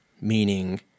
Meaning